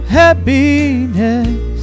happiness